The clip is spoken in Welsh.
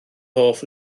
hoff